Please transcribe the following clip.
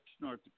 North